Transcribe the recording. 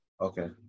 Okay